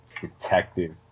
Detective